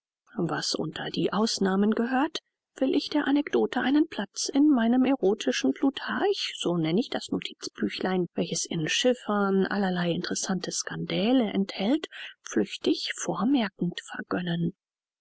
was unter die ausnahmen gehört will ich der anekdote einen platz in meinem erotischen plutarch so nenn ich das notizbüchlein welches in chiffern allerlei interessante skandäle enthält flüchtig vormerkend vergönnen